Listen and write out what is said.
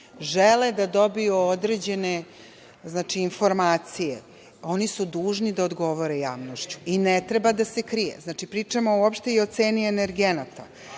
žele da dobiju određene informacije oni su dužni da odgovore javnosti i ne treba da se krije. Znači, pričamo uopšte i o ceni energenata. Kada